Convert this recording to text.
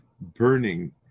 burning